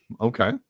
Okay